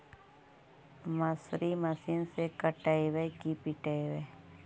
मसुरी मशिन से कटइयै कि पिटबै?